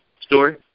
Story